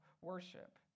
worship